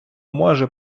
може